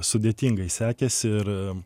sudėtingai sekėsi ir